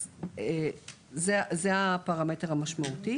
אז זה הפרמטר המשמעותי.